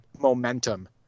momentum